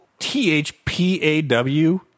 T-H-P-A-W